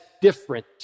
different